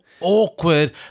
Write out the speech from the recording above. awkward